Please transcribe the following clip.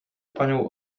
panią